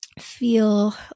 feel